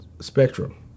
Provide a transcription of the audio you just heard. spectrum